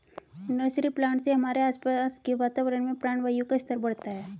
nursery plant से हमारे आसपास के वातावरण में प्राणवायु का स्तर बढ़ता है